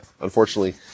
unfortunately